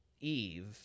Eve